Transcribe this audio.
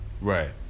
Right